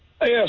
Yes